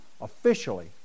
officially